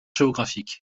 géographique